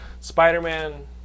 Spider-Man